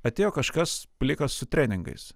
atėjo kažkas plikas su treningais